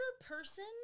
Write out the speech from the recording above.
person